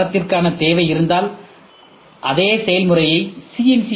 உயர் தரத்திற்கான தேவை இருந்தால் அதே செயல்முறையை சி